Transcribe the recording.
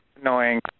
annoying